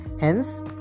Hence